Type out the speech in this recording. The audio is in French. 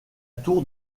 tour